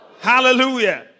Hallelujah